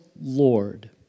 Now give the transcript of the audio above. Lord